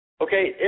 Okay